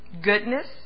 goodness